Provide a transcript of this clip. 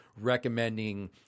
recommending